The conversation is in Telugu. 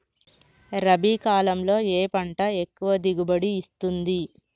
రబీ కాలంలో ఏ పంట ఎక్కువ దిగుబడి ఇస్తుంది?